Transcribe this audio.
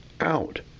out